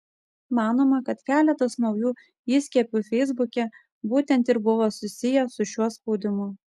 manoma kad keletas naujų įskiepių feisbuke būtent ir buvo susiję su šiuo spaudimu